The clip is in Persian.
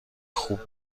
خوب